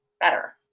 better